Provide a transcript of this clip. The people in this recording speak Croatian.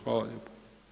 Hvala lijepo.